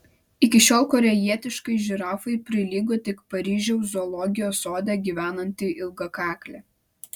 iki šiol korėjietiškai žirafai prilygo tik paryžiaus zoologijos sode gyvenanti ilgakaklė